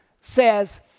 says